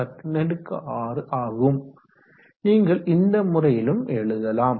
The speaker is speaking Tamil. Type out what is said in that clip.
6 ×106ஆகும் நீங்கள் இந்த முறையிலும் எழுதலாம்